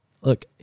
Look